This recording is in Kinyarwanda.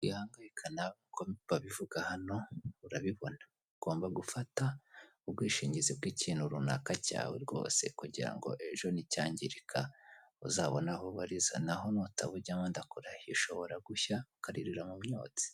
Nk'uko babivuga hano urabibona ugomba gufata ubwishingizi bw'ikintu runaka cyawe rwose kugirango, ejo ni cyangirika uzabone aho ubariza naho nutabujyamo ndakurahiye ushobora gushya ukaririra mu myotsi.